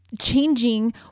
changing